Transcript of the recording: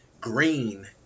Green